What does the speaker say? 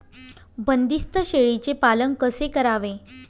बंदिस्त शेळीचे पालन कसे करावे?